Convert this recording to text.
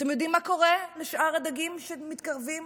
אתם יודעים מה קורה לשאר הדגים שמתקרבים